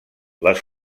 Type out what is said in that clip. les